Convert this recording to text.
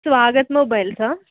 Swagat మొబైల్సా